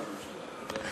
בר.